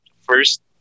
first